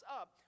up